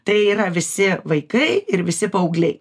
tai yra visi vaikai ir visi paaugliai